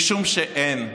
משום שאין,